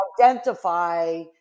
Identify